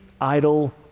idle